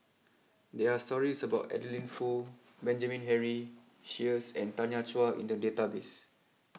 there are stories about Adeline Foo Benjamin Henry Sheares and Tanya Chua in the database